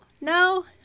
No